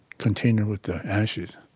container with the ashes